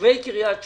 תושבי קריית שמונה,